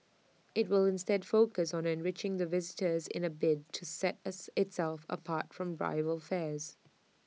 IT will instead focus on enriching the visitor's in A bid to set as itself apart from rival fairs